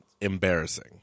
embarrassing